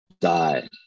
die